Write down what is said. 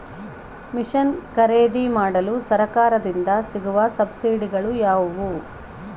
Mission ಖರೇದಿಮಾಡಲು ಸರಕಾರದಿಂದ ಸಿಗುವ ಸಬ್ಸಿಡಿಗಳು ಯಾವುವು?